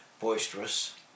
boisterous